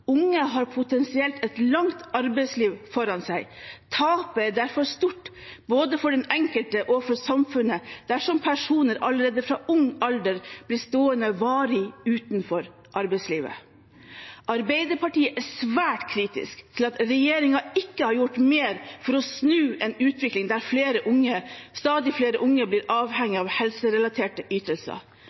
Unge har potensielt et langt arbeidsliv foran seg. Tapet er derfor stort både for den enkelte og for samfunnet dersom personer allerede fra ung alder blir stående varig utenfor arbeidslivet. Arbeiderpartiet er svært kritisk til at regjeringen ikke har gjort mer for å snu en utvikling der stadig flere unge blir avhengig av helserelaterte ytelser.